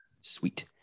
Sweet